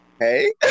hey